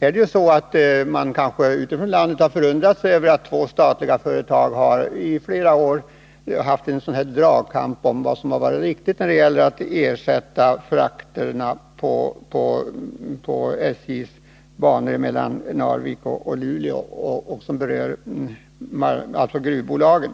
landet har man kanske undrat över varför två statliga företag under flera år har utkämpat en sådan här dragkamp om vad som är riktigt när det gäller att ersätta frakterna på SJ:s bana mellan Narvik och Luleå, vilket alltså berör gruvbolagen.